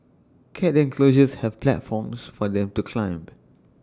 cat enclosures have platforms for them to climb